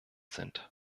sind